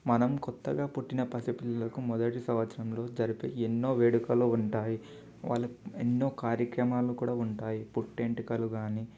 మనం కొత్తగా పుట్టిన పసి పిల్లలకు మొదటి సంవత్సరంలో జరిపే ఎన్నో వేడుకలు ఉంటాయి వాళ్ళకు ఎన్నో కార్యక్రమాలు కూడా ఉంటాయి పుట్టెంటుకలు కానీ